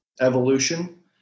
evolution